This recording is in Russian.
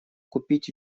купить